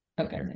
okay